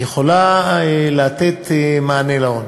יכולה לתת מענה לעוני.